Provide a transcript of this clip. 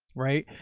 right?